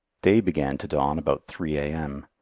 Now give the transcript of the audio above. day began to dawn about three a m.